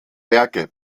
werke